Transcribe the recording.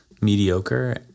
mediocre